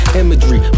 imagery